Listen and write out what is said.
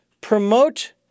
Promote